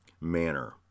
manner